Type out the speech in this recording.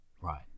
Right